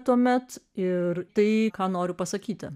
tuomet ir tai ką noriu pasakyti